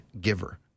giver